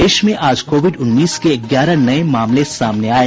प्रदेश में आज कोविड उन्नीस के ग्यारह नये मामले सामने आये